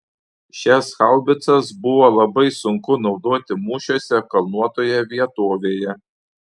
šias haubicas buvo labai sunku naudoti mūšiuose kalnuotoje vietovėje